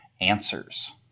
Answers